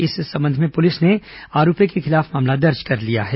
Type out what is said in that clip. इस संबंध में पुलिस ने आरोपी के खिलाफ मामला दर्ज कर लिया है